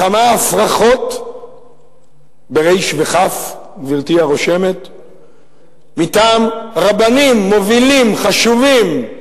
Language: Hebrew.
לכמה הפרכות מטעם רבנים מובילים, חשובים,